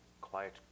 quiet